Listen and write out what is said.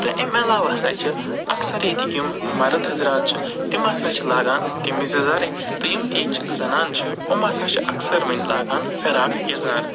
تہٕ اَمہِ علاو ہسا چھِ اکثر ییٚتِکۍ یِم مرٕد حضرات چھِ تِم ہَسا چھِ لاگان کٔمیٖز یزارٕے تہٕ یِم تہِ ییٚتہِ چہٕ زنانہٕ چھِ یِم ہسا چھِ اکثر وۄنۍ لاگان فِرٛاک یَزار